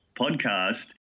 podcast